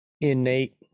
innate